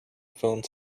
phone